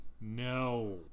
no